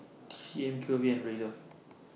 T C M Q V and Razer